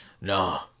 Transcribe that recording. no